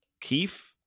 Keefe